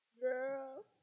girl